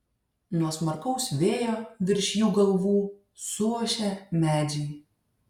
nuo smarkaus vėjo virš jų galvų suošia medžiai